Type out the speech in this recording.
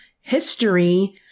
history